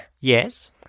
Yes